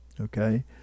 okay